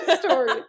Story